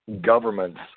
governments